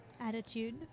attitude